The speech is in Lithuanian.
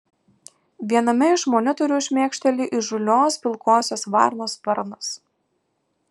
viename iš monitorių šmėkšteli įžūlios pilkosios varnos sparnas